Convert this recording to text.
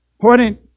Pointing